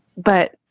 but,